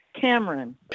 Cameron